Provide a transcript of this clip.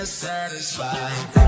satisfied